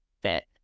fit